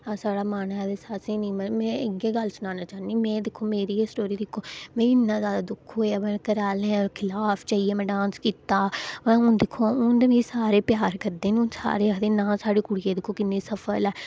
साढ़ा मन हा असें निं में इ'यै गल्ल सनाना चाह्न्नी में दिक्खो मेरी स्टोरी गै दिक्खो मिगी इ'न्ना जादा दुक्ख होआ घरै आह्लें दे खलाफ जाइयै में डांस कीता ते दिक्खो आं हू'न ते मिगी सारे प्यार करदे हू'न सारे आक्खदे ना साढ़ी कुड़ियै गी दिक्खो आं कि'न्नी सफल ऐ